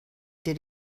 did